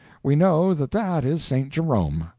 we know that that is st. jerome.